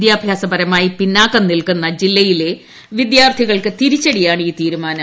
വിദ്യാഭ്യാസപരമായി പിന്നോക്കം നിൽക്കുന്ന ജില്ലയിലെ വിദ്യാർത്ഥികൾക്ക് തിരിച്ചടിയാണ് ഈ തീരുമാനം